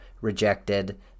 rejected